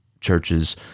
churches